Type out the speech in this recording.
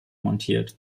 montiert